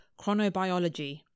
chronobiology